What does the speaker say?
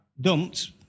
dumped